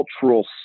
cultural